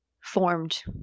formed